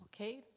Okay